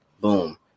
boom